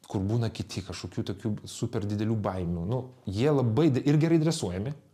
kur būna kiti kažkokių tokių super didelių baimių nu jie labai ir gerai dresuojami